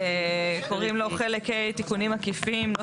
קוראים לו חלק ה' תיקונים עקיפים.